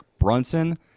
Brunson